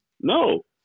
No